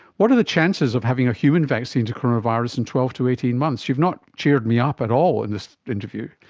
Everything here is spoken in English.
what are the chances of having a human vaccine to coronavirus in twelve to eighteen months? you've not cheered me up at all in this interview.